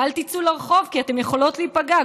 של: אל תצאו לרחוב כי אתן יכולות להיפגע,